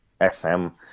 xm